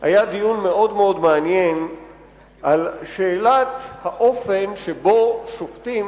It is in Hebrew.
היה דיון מאוד מעניין על שאלת האופן שבו שופטים,